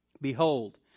Behold